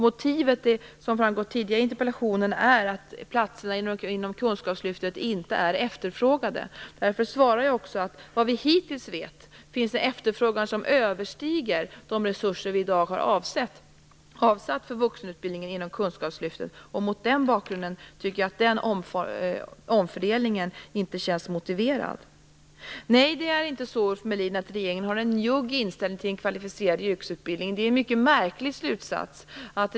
Motivet är, som framgått tidigare i interpellationen, att platserna inom Kunskapslyftet inte skulle vara efterfrågade. Därför svarar jag att det, vad vi hittills vet, finns en efterfrågan som överstiger de resurser vi har avsatt för vuxenutbildningen inom Kunskapslyftet. Mot den bakgrunden tycker jag inte att en omfördelning känns motiverad. Det är inte så, Ulf Melin, att regeringen har en njugg inställning till den kvalificerade yrkesutbildningen. Det är en mycket märklig slutsats.